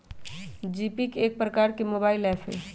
GPay एक प्रकार के मोबाइल ऐप हइ